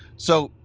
so,